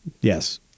Yes